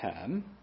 term